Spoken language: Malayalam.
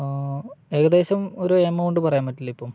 ഏകദേശമൊരു എമൗണ്ട് പറയാൻ പറ്റില്ലെ ഇപ്പം